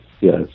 yes